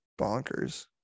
bonkers